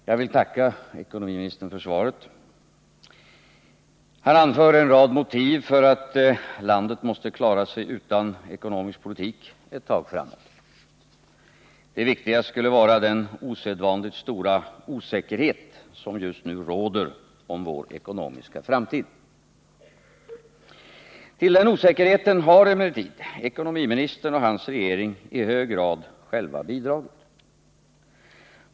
Herr talman! Jag vill tacka ekonomiministern för svaret. Ekonomiministern anför en rad motiv för att landet måste klara sig utan ekonomisk politik ett tag framåt. Det viktigaste skulle vara den osedvanligt stora osäkerhet som just nu råder om vår ekonomiska framtid. Till den osäkerheten har emellertid ekonomiministern och hans regering i hög grad själva bidragit.